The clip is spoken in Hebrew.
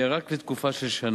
יהיה רק לתקופה של שנה,